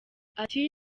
ati